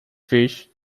fish